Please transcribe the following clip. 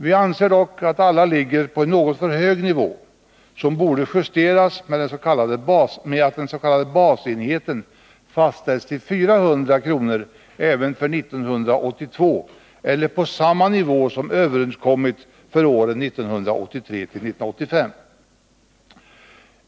Vi anser dock att alla ligger på en något för hög nivå och borde ha justerats genom att den s.k. basenheten höjts med 400 kr. även för 1982 eller till samma nivå som överenskommits för åren 1983-1985.